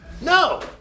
No